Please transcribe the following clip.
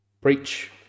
preach